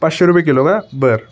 पाचशे रुपये किलो का बरं